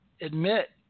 admit